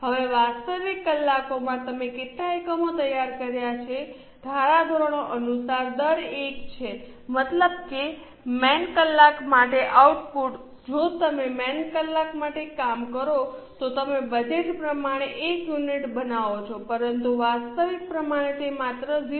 હવે વાસ્તવિક કલાકોમાં તમે કેટલા એકમો તૈયાર કર્યા છે ધારા ધોરણો અનુસાર દર 1 છે મતલબ કે મેન કલાક માટે આઉટપુટ જો તમે મેન કલાક માટે કામ કરો તો તમે બજેટ પ્રમાણે 1 યુનિટ બનાવો છો પરંતુ વાસ્તવિક પ્રમાણે તે માત્ર 0